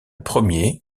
premier